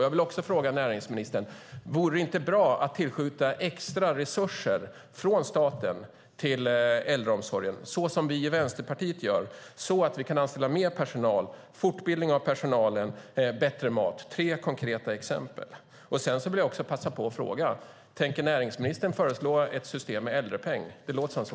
Jag vill också fråga näringsministern: Vore det inte bra att tillskjuta extra resurser från staten till äldreomsorgen, såsom vi i Vänsterpartiet föreslår, så att man kan anställa mer personal, fortbilda personal och se till att det blir bättre mat. Det är tre konkreta exempel. Jag vill också passa på att fråga följande: Tänker näringsministern föreslå ett system med äldrepeng? Det låter så.